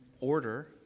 order